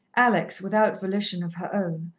alex, without volition of her own,